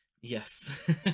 Yes